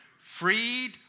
Freed